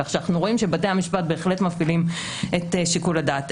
כך שאנו רואים שבתי המשפט מפעילים את שיקול הדעת.